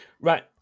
Right